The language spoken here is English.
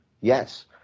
Yes